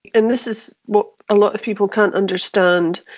and this is what a lot of people can't understand,